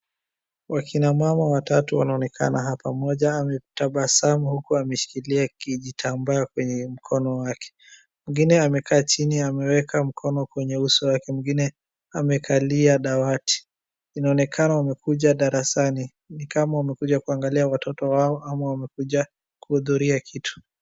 Wakina mama watatu wanaonekana hapa. Mmoja ametabasamu uku ameshikilia kijitambaa kwenye mkono wake, mwingine amekaa chini ameweka mkono kwenye uso yake. Mwingine amekalia dawati inaonekana wamekuja darasani, ni kama amekuja kuangalia watoto wao na wamekuja kuhudhuria kitu.